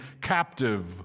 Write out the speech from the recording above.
captive